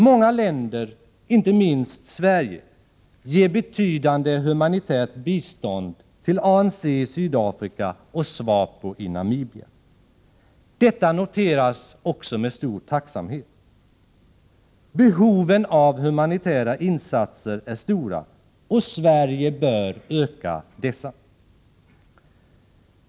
Många länder, inte minst Sverige, ger betydande humanitärt bistånd till ANC i Sydafrika och SWAPO i Namibia. Detta noteras också med stor tacksamhet. Behovet av humanitära insatser är stora, och Sverige bör öka dessa.